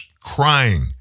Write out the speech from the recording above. crying